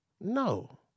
No